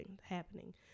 happening